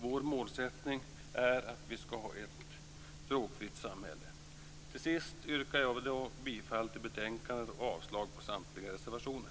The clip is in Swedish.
Vår målsättning är att vi ska ha ett drogfritt samhälle. Till sist yrkar jag bifall till hemställan i betänkandet och avslag på samtliga reservationer.